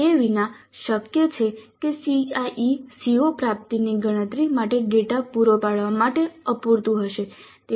તે વિના શક્ય છે કે CIE CO પ્રાપ્તિની ગણતરી માટે ડેટા પૂરો પાડવા માટે અપૂરતું હશે